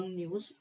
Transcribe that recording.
news